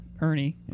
Ernie